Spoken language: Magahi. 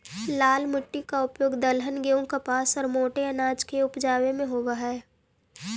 लाल मिट्टी का उपयोग दलहन, गेहूं, कपास और मोटे अनाज को उपजावे में होवअ हई